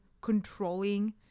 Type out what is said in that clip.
controlling